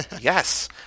Yes